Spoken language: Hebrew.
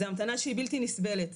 זו המתנה שהיא בלתי נסבלת,